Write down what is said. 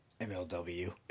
MLW